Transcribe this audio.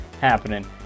happening